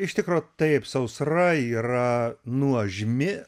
iš tikro taip sausra yra nuožmi